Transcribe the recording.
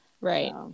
Right